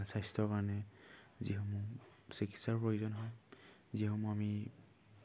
ভাল স্বাস্থ্যৰ কাৰণে যিসমূহ চিকিৎসাৰ প্ৰয়োজন হয় যিসমূহ আমি